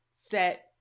set